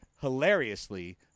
hilariously